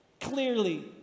Clearly